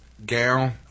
gown